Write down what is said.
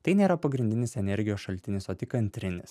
tai nėra pagrindinis energijos šaltinis o tik antrinis